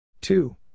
two